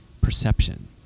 perception